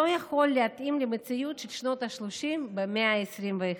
יכול להתאים למציאות של שנות השלושים במאה ה-21.